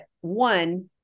one